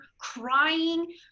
crying